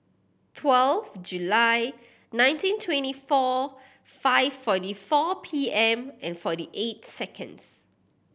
twelve July nineteen twenty four five forty four P M and forty eight seconds